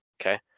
okay